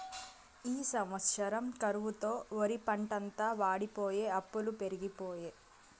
ఈ సంవత్సరం కరువుతో ఒరిపంటంతా వోడిపోయె అప్పులు పెరిగిపాయె